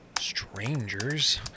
strangers